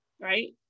right